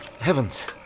heavens